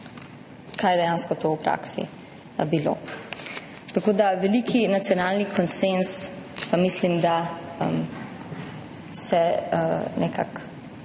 kaj je dejansko to v praksi bilo. Veliki nacionalni konsenz pa mislim, da se nekako